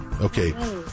Okay